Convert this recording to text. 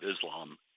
Islam